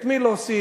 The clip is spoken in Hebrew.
את מי להוסיף,